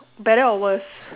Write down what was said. better or worse